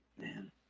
Man